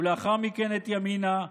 ולאחר מכן את ימינה,